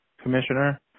commissioner